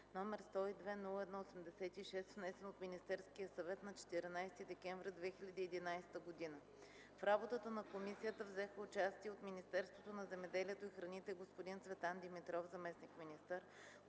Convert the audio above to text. № 102 01-86, внесен от Министерския съвет на 14 декември 2011 г. В работата на комисията взеха участие от Министерството на земеделието и храните - господин Цветан Димитров – заместник-министър,